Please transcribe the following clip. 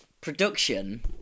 production